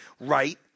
right